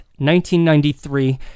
1993